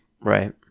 Right